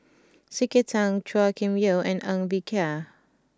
C K Tang Chua Kim Yeow and Ng Bee Kia